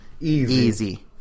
easy